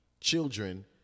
children